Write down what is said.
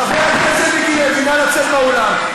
חבר הכנסת מיקי לוי, נא לצאת מהאולם.